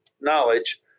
knowledge